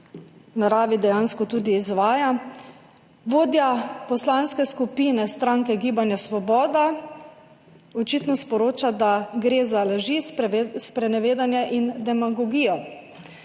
naravi dejansko tudi izvaja, vodja poslanske skupine stranke Gibanja Svoboda očitno sporoča, da gre za laži, sprenevedanje in demagogijo,